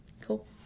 Cool